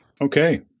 Okay